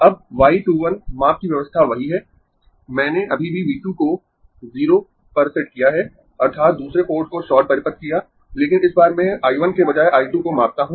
अब y 2 1 माप की व्यवस्था वही है मैंने अभी भी V 2 को 0 पर सेट किया है अर्थात् दूसरे पोर्ट को शॉर्ट परिपथ किया लेकिन इस बार मैं I 1 के बजाय I 2 को मापता हूं